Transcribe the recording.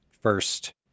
first